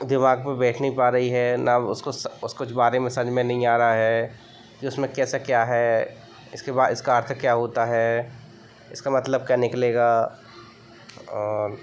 दिमाग़ में बैठ नहीं पा रहा है ना उसको उस कुछ बारे में समझ में नहीं आ रहा है कि उसमें कैसा क्या है इसके बाद इसका अर्थ क्या होता है इसका मतलब क्या निकलेगा और